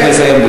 צריך לסיים.